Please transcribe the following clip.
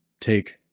take